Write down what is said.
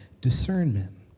discernment